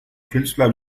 künstler